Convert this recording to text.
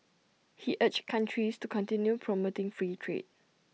he urged countries to continue promoting free trade